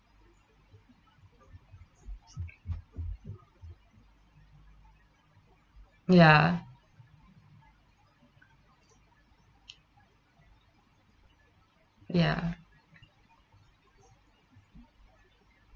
ya ya